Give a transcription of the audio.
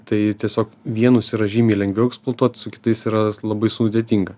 tai tiesiog vienus yra žymiai lengviau eksploatuot su kitais yra labai sudėtinga